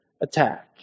attack